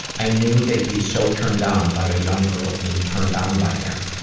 i knew they'd be so turned on by a young girl being turned on by them.